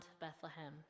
Bethlehem